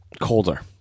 Colder